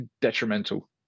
detrimental